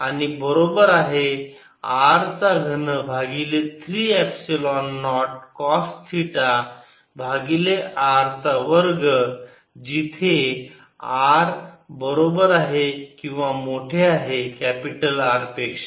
आणि बरोबर आहे R चा घन भागिले 3 एपसिलोन नॉट कॉस थिटा भागिले r चा वर्ग जिथे r बरोबर आहे किंवा मोठे आहे कॅपिटल R पेक्षा